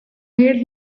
made